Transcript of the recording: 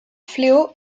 fléau